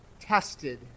tested